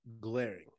glaring